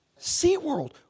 SeaWorld